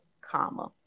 comma